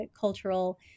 cultural